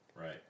right